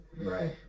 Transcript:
Right